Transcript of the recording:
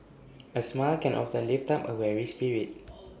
A smile can often lift up A weary spirit